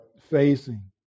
facing